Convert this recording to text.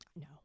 No